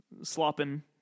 slopping